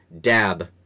Dab